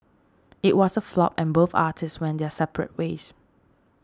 it was a flop and both artists went their separate ways